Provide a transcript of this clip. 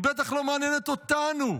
היא בטח לא מעניינת אותנו.